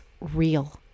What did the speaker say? real